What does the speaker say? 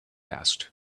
asked